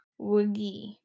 Woogie